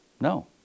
No